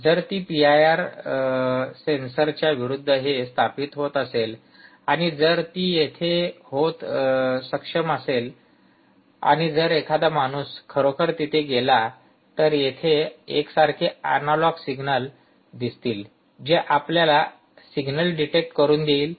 जर ती पीआयआर लेन्सच्या विरूद्ध हे स्थापित होत असेल आणि जर ती तेथे सक्षम होत असेल आणि जर एखादा माणूस खरोखर तिथे गेला तर येथे एकसारखे अनेक एनालॉग सिग्नल दिसतील जे आपल्याला सिग्नल डिटेक्ट करून देइल